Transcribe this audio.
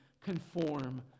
conform